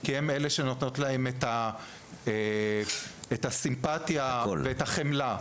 הן אלו שנותנות להם את הסימפטיה ואת החמלה.